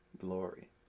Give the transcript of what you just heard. glory